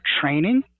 training